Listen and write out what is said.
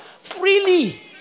freely